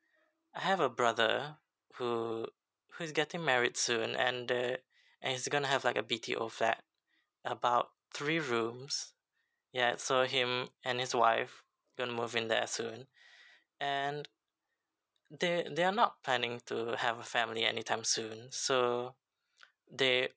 I have a brother who who's getting married soon and the and it's going to have like a B T O flat about three rooms ya so him and his wife going to move in there soon and they they are not planning to have a family anytime soon so they